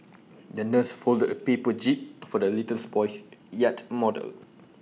the nurse folded A paper jib for the litters boy's yacht model